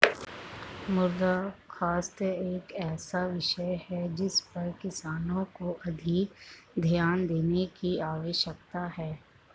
मृदा स्वास्थ्य एक ऐसा विषय है जिस पर किसानों को अधिक ध्यान देने की आवश्यकता है